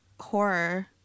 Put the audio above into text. horror